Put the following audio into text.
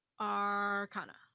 Arcana